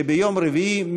שביום רביעי,